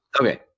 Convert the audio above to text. Okay